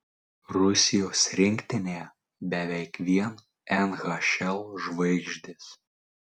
rusijos rinktinėje beveik vien nhl žvaigždės